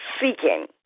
seeking